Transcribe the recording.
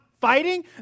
fighting